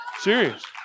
Serious